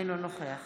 אינו נוכח